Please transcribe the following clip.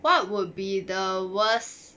what would be the worst